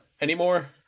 anymore